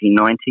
1990